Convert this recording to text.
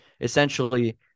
essentially